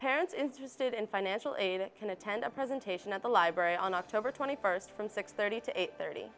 parents interested in financial aid it can attend a presentation at the library on october twenty first from six thirty to eight thirty